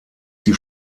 die